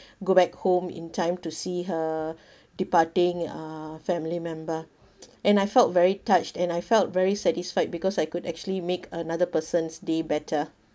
go back home in time to see her departing uh family member and I felt very touched and I felt very satisfied because I could actually make another person's day better